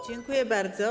Dziękuję bardzo.